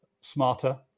smarter